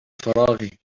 فراغي